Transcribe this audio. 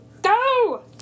Go